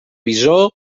bisó